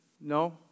no